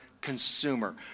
consumer